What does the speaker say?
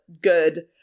good